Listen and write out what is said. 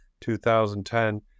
2010